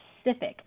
specific